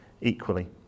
equally